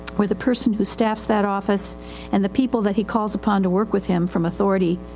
or the person who staffs that office and the people that he calls upon to work with him from authority,